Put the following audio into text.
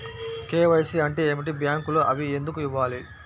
KYC అంటే ఏమిటి? బ్యాంకులో అవి ఎందుకు ఇవ్వాలి?